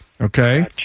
Okay